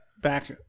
back